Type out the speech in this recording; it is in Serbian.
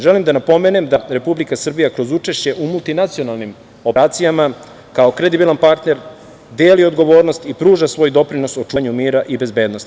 Želim da napomenem da Republika Srbija kroz učešće u multinacionalnim operacijama, kao kredibilan partner, deli odgovornost i pruža svoj doprinos u očuvanju mira i bezbednosti.